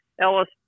Ellis